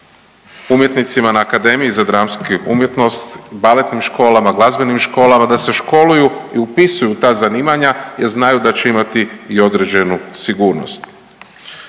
umjetnicima na Akademiji za dramsku umjetnost, baletnim školama, glazbenim školama da se školuju i upisuju u ta zanimanja jer znaju da će imati i određenu sigurnost.